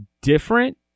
different